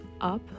up